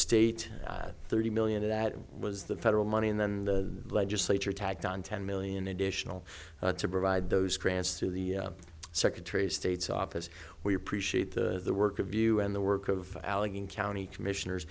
state thirty million and that was the federal money and then the legislature tacked on ten million additional to provide those grants to the secretary of state's office we appreciate the work of you and the work of allegheny county commissioners